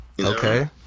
okay